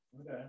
okay